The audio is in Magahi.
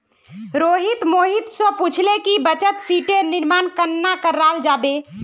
रोहित मोहित स पूछले कि बचत शीटेर निर्माण कन्ना कराल जाबे